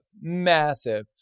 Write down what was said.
Massive